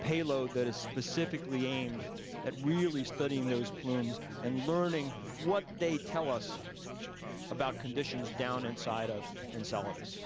payload that is specifically aimed at really studying those plumes and learning what they tell us about conditions down inside of enceladus.